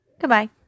Goodbye